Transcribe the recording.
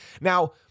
Now